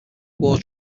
war